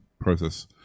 process